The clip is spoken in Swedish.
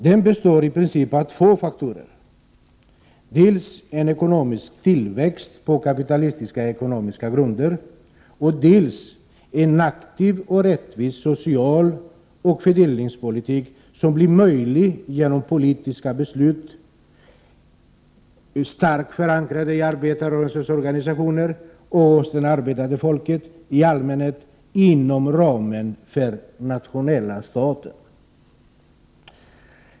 Den består i princip av två faktorer, dels en ekonomisk tillväxt på kapitalistiskt ekonomiska grunder, dels en aktiv och rättvis socialoch fördelningspolitik som blir möjlig genom politiska beslut. Förankringen i arbetarrörelsens organisationer och hos det arbetande folket är stark inom ramen för nationalstaten.